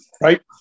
Right